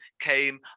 came